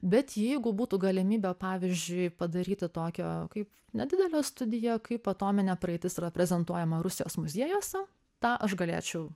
bet jeigu būtų galimybė pavyzdžiui padaryti tokią kaip nedidelę studiją kaip atominė praeitis reprezentuojama rusijos muziejuose tą aš galėčiau